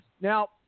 now